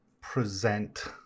present